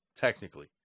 technically